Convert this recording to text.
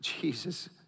Jesus